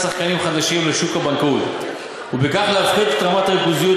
שחקנים חדשים לשוק הבנקאות ובכך להפחית את רמת הריכוזיות